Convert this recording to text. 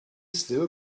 still